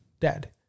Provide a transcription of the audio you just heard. Dead